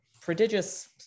prodigious